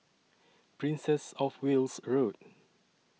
Princess of Wales Road